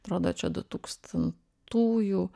atrodo čia dutūkstantųjų